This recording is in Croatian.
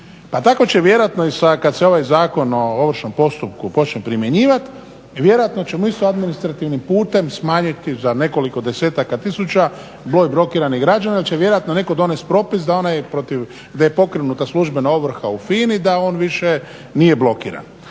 tako će vjerojatno i sa kad se ovaj Zakon o ovršnom postupku počne primjenjivati, vjerojatno ćemo isto administrativnim putem smanjiti za nekoliko desetaka tisuća, broj blokiranih građana će vjerojatno netko donesti propis da onaj protiv, da je pokrenuta službena ovrha u FINA-i, da on više nije blokiran.